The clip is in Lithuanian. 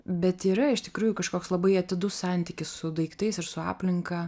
bet yra iš tikrųjų kažkoks labai atidus santykis su daiktais ir su aplinka